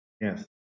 yes